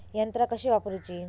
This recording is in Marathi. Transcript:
यंत्रा कशी वापरूची?